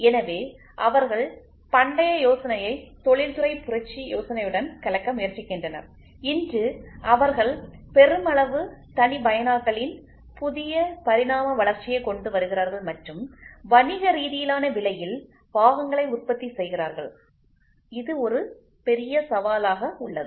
எனவே அவர்கள் பண்டைய யோசனையை தொழில்துறை புரட்சி யோசனையுடன் கலக்க முயற்சிக்கின்றனர் இன்று அவர்கள் பெருமளவு தனிப்பயனாக்கலின் புதிய பரிணாம வளர்ச்சியைக் கொண்டு வருகிறார்கள் மற்றும் வணிகரீதியிலான விலையில் பாகங்களை உற்பத்தி செய்கிறார்கள் இது ஒரு பெரிய சவாலாக உள்ளது